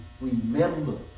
remember